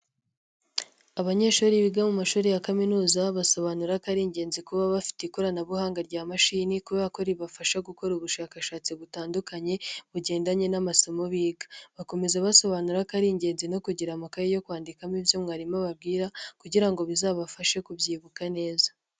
Abanyeshuri biga mu mashuri ya kaminuza basobanura ko ari ingenzi kuba bafite ikoranabuhanga rya mashini kubera ko ribafasha gukora ubushakashatsi butandukanye bugendanye n'amasomo biga. Bakomeza basobanura ko ari ingenzi no kugira amakaye yo kwandikamo ibyo mwarimu ababwira kugira ngo bizabashe kubyibuka neza.